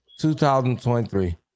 2023